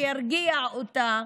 שירגיע אותה.